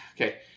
okay